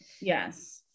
Yes